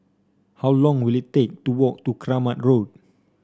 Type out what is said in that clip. how long will it take to walk to Kramat Road